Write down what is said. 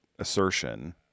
assertion